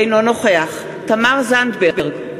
אינו נוכח תמר זנדברג,